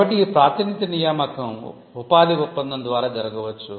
కాబట్టి ఈ ప్రాతినిధ్య నియామకం ఉపాధి ఒప్పందం ద్వారా జరగవచ్చు